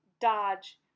dodge